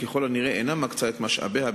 ובכל זאת האופוזיציה תמיד מקבלת יותר.